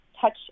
touch